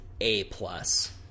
A-plus